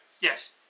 Yes